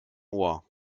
ohr